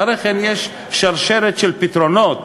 אחרי כן יש שרשרת של פתרונות,